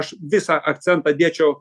aš visą akcentą dėčiau